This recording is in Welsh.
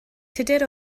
tudur